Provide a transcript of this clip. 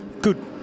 good